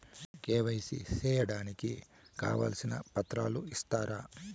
KYC సేయడానికి కావాల్సిన పత్రాలు ఇస్తారా?